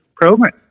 program